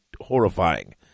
horrifying